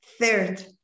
Third